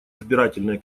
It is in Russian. избирательная